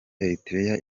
eritrea